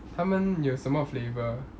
他们有什么 flavour